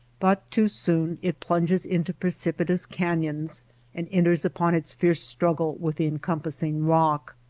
but too soon it plunges into precipitous canyons and enters upon its fierce struggle with the encompassing rock.